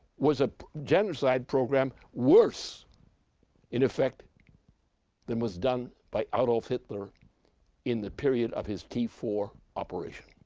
was a genocide program worse in effect than was done by adolf hitler in the period of his t four operation,